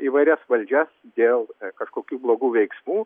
įvairias valdžias dėl kažkokių blogų veiksmų